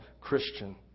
Christian